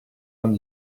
vingt